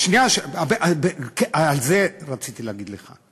על זה רציתי להגיד לך.